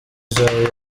zabo